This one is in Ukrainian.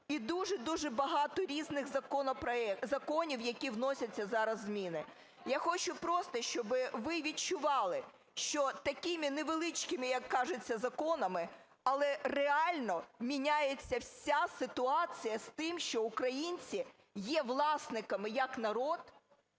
і дуже-дуже багато різних законів, в які вносяться зараз зміни. Я хочу просто, щоб ви відчували, що такими невеличкими, як кажуть, законами, але реально міняється вся ситуація з тим, що українці є власниками, як народ,